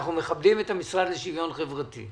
אנחנו מכבדים את המשרד לשוויון חברתי.